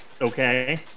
Okay